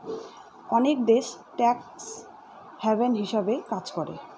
অনেক দেশ tax haven হিসাবে কাজ করে